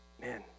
Man